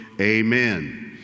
Amen